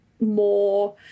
more